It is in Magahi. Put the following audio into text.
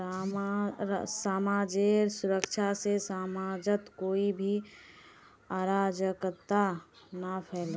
समाजेर सुरक्षा से समाजत कोई भी अराजकता ना फैले